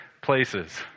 places